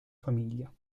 famiglia